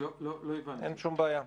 אין שום בעיה.